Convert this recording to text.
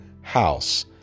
house